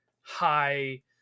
high